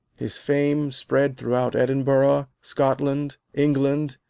his fame spread throughout edinburgh, scotland, england,